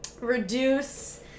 Reduce